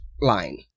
line